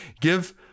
give